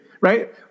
Right